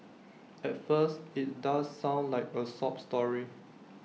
at first IT does sound like A sob story